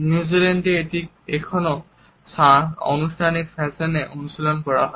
নিউজিল্যান্ডে এটি এখনও আনুষ্ঠানিক ফ্যাশনে অনুশীলন করা হয়